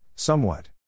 Somewhat